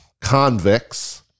convicts